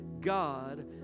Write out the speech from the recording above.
God